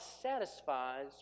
satisfies